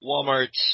Walmart